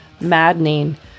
maddening